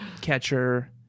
catcher